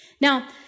Now